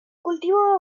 cultivo